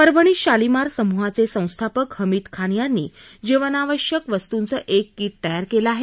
परभणीत शालिमार समुहाचे संस्थापक हमीद खान यांनी जीवनावश्यक वस्तुंचं एक कीट तयार केलं आहे